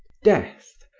death,